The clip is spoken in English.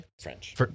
French